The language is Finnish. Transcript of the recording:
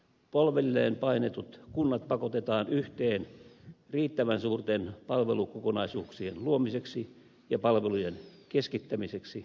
polvilleen painetut kunnat pakotetaan yhteen riittävän suurten palvelukokonaisuuksien luomiseksi ja palvelujen keskittämiseksi